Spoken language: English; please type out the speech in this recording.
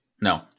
No